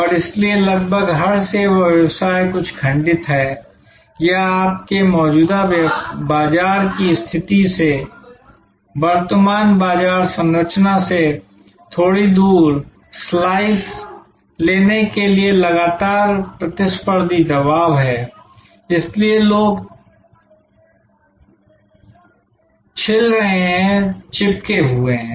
और इसलिए लगभग हर सेवा व्यवसाय कुछ खंडित है या आपके मौजूदा बाजार की स्थिति से वर्तमान बाजार संरचना से थोड़ी दूर स्लाइस लेने के लिए लगातार प्रतिस्पर्धी दबाव है इसलिए लोग छिल रहे हैं चिपके हुए हैं